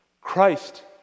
Christ